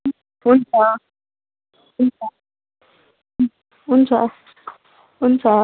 हुन्छ हुन्छ हुन्छ हुन्छ